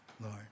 Lord